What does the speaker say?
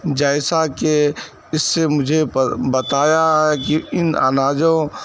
جیسا کہ اس سے مجھے بتایا ہے کہ ان اناجوں